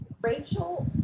Rachel